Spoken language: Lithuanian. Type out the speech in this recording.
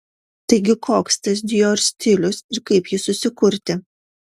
taigi koks tas dior stilius ir kaip jį susikurti